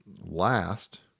last